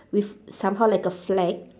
with somehow like a flag